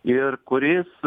ir kuris